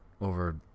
over